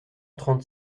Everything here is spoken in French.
trente